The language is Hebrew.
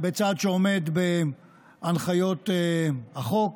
בצעד שעומד בהנחיות החוק,